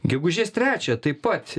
gegužės trečiąją taip pat